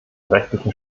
rechtlichen